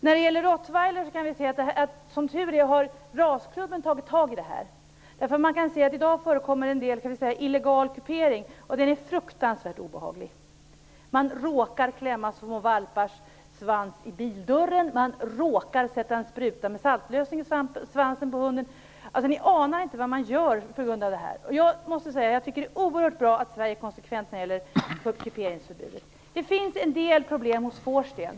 När det gäller rottweiler har rasklubben som tur är tagit tag i det här. I dag förekommer det en del illegal kupering, och den är fruktansvärt obehaglig. Man råkar klämma små valpars svans i bildörren, man råkar sätta en spruta med saltlösning i svansen på hunden - ni anar inte vad man gör på grund av det här. Jag tycker det är oerhört bra att Sverige är konsekvent när det gäller kuperingsförbudet. Det finns en del problem hos vorsteh.